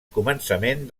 començament